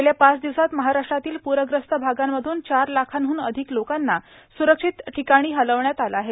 गेल्या पाच दिवसांत महाराष्ट्रातील पूरग्रस्त भागांमधून चार लाखांहन अधिक लोकांना सुरक्षित ठिकाणी हलवण्यात आलं आहे